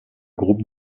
groupe